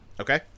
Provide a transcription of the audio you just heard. Okay